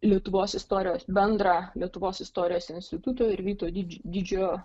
lietuvos istorijos bendrą lietuvos istorijos instituto ir vyto didž didžiojo